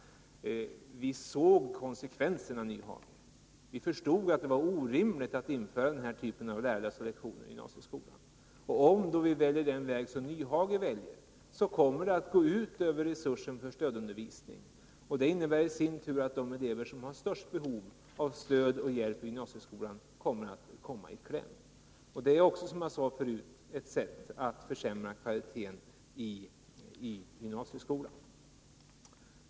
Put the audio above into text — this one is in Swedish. Vi såg konsekvenserna, Hans Nyhage, och förstod att det var orimligt att införa den här typen av lärarlösa lektioner i gymnasieskolan. Då man väljer den väg som Hans Nyhage väljer kommer det att gå ut över resursen för stödundervisning, och det innebär i sin tur att de elever som har störst behov av stöd och hjälp i gymnasieskolan kommer i kläm. Det är också — som jag sade förut — ett sätt att försämra kvaliteten i gymnasieskolan.